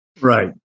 Right